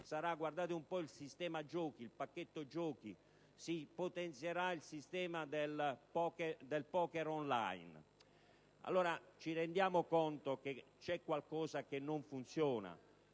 il pacchetto giochi: si potenzierà il sistema del *poker on line*. Ci rendiamo conto che c'è qualcosa che non funziona,